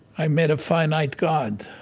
ah met a finite god,